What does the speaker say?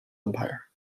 empire